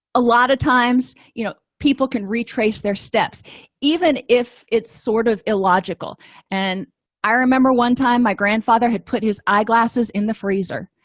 a lot of times you know people can retrace their steps even if it's sort of illogical and i remember one time my grandfather had put his eyeglasses in the freezer